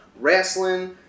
wrestling